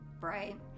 right